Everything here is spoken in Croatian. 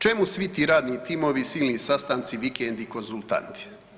Čemu svi ti radni timovi, silni sastanci, vikendi, konzultanti?